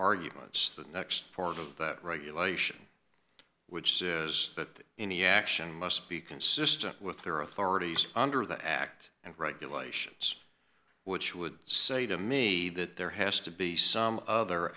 arguments the next part of the regulation which says that any action must be consistent with their authorities under the act and regulations which would say to me that there has to be some other